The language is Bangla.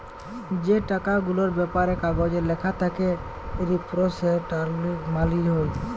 যে টাকা গুলার ব্যাপারে কাগজে ল্যাখা থ্যাকে রিপ্রেসেলট্যাটিভ মালি হ্যয়